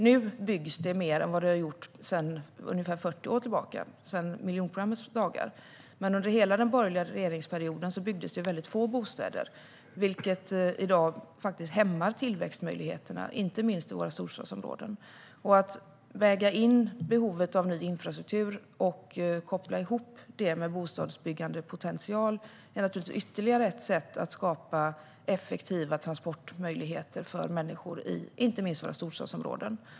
Nu byggs det mer än det gjorts sedan ungefär 40 år tillbaka, sedan miljonprogrammets dagar. Men under hela den borgerliga regeringsperioden byggdes det väldigt få bostäder, vilket i dag hämmar tillväxtmöjligheterna inte minst i våra storstadsområden. Att väga in behovet av ny infrastruktur och koppla ihop det med bostadsbyggandepotential är ytterligare ett sätt att skapa effektiva transportmöjligheter för människor, inte minst i våra storstadsområden.